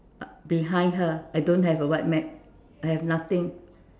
behind her I don't have a white mat I have nothing